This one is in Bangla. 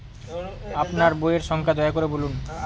আপনার বইয়ের সংখ্যা দয়া করে বলুন?